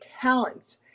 talents